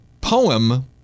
poem